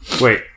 Wait